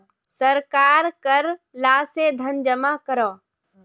सरकार कर ला से धन जमा करोह